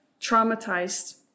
traumatized